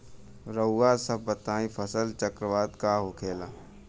रउआ सभ बताई फसल चक्रवात का होखेला?